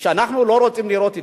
שאנחנו לא רוצים לראות אתיופים.